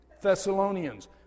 Thessalonians